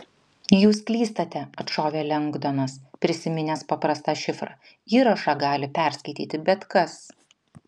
jūs klystate atšovė lengdonas prisiminęs paprastą šifrą įrašą gali perskaityti bet kas